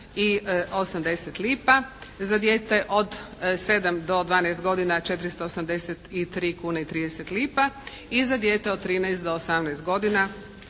i 80 lipa, za dijete od 7 do 12 godina 483 kune i 30 lipa i za dijete od 13 do 18 godina